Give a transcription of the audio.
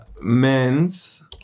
men's